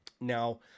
Now